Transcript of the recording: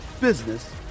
business